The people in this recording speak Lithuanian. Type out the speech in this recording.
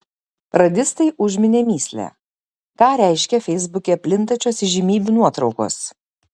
radistai užminė mįslę ką reiškia feisbuke plintančios įžymybių nuotraukos